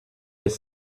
les